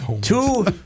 two